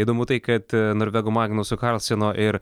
įdomu tai kad norvegų magnuso karlseno ir